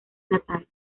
natal